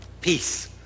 peace